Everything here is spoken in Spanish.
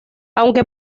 aunque